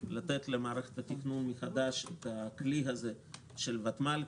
לתת למערכת התכנון מחדש את הכלי הזה של ותמ"ל,